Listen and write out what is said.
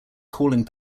calling